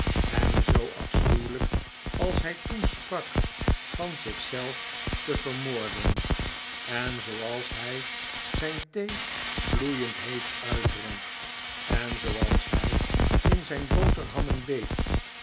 en zoo afschuwelijk als hij toen sprak van zich zelf te vermoorden en zooals hij zijn thee gloeiend heet uitdronk en zooals hij in zijn boterhammen beet